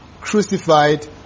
crucified